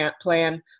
plan